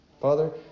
Father